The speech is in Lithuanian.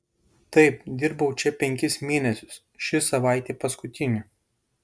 taip dirbau čia penkis mėnesius ši savaitė paskutinė